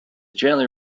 generally